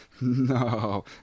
no